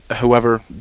whoever